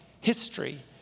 history